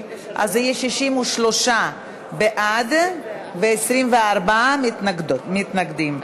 אז יהיה 63 בעד ו-24 מתנגדים.